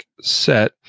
set